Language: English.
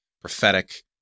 prophetic